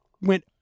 went